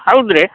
ಹೌದು ರೀ